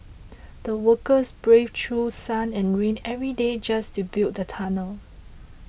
the workers braved through sun and rain every day just to build the tunnel